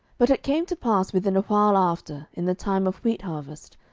but it came to pass within a while after, in the time of wheat harvest,